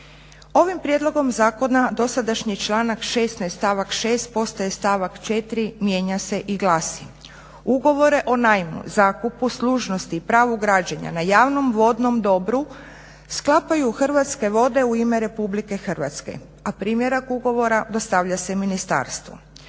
Ovim prijedlogom zakona dosadašnji članak 16. stavak 6. postaje članak 4. mijenja se i glasi: "Ugovore o najmu, zakupu, služnosti i pravu građenja na javnom vodnom dobru sklapaju Hrvatske vode u ime Republike Hrvatske a primjerak ugovora dostavlja se Ministarstvu.".